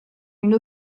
une